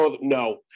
no